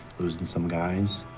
losing some guys.